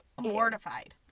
mortified